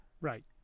Right